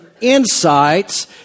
insights